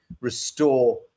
restore